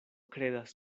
kredas